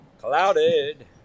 Clouded